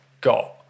got